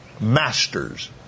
Masters